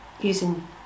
using